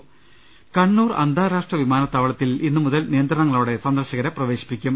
്്്്്്്് കണ്ണൂർ അന്താരാഷ്ട്ര വിമാനത്താവളത്തിൽ ഇന്നുമുതൽ നിയന്ത്രണങ്ങ ളോടെ സന്ദർശകരെ പ്രവേശിപ്പിക്കും